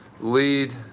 lead